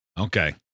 Okay